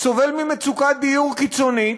וסובל ממצוקת דיור קיצונית,